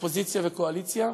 אופוזיציה וקואליציה,